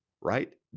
right